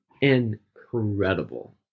incredible